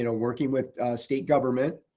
you know working with state government.